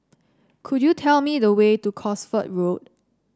could you tell me the way to Cosford Road